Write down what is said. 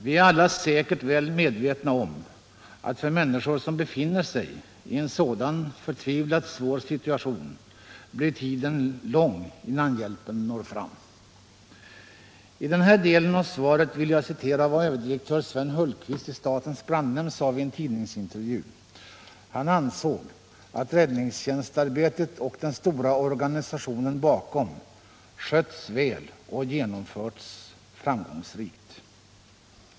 Vi är alla säkert väl medvetna om att för människor som befinner sig i en sådan förtvivlat svår situation blir tiden lång innan hjälpen når fram. I den här delen av svaret vill jag åberopa vad överdirektör Sven Hultqvist i statens brandnämnd enligt en tidningsintervju sade. Han ansåg att räddningstjänstarbetet och den stora organisationen bakom skötts väl och genomförts framgångsrikt.